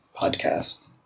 podcast